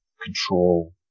control